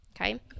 okay